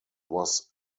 was